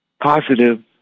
positive